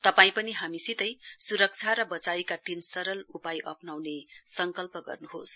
तपाई पनि हामीसितै सुरक्षा र वचाइका तीन सरल उपाय अप्नाउने संकल्प गर्नुहोस